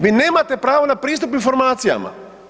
Vi nemate pravo na pristup informacijama.